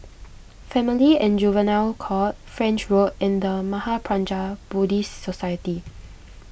Family and Juvenile Court French Road and the Mahaprajna Buddhist Society